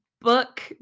book